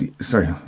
Sorry